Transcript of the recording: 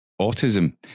autism